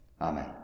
Amen